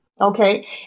Okay